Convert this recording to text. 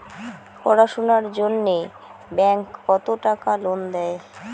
পড়াশুনার জন্যে ব্যাংক কত টাকা লোন দেয়?